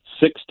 Six